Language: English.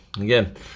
Again